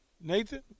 Nathan